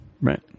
right